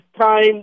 time